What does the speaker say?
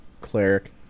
cleric